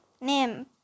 Name